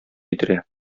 китерә